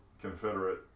confederate